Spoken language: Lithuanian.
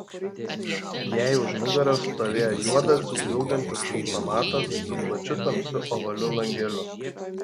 jai už nugaros stovėjo juodas žvilgantis automatas su plačiu tamsiu ovaliu langeliu